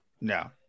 No